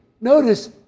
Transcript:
Notice